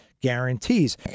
guarantees